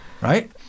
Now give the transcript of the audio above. right